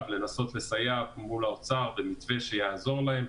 לנסות לסייע מול האוצר במתווה שיעזור להם.